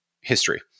history